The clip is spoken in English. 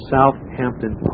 Southampton